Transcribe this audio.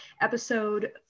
episode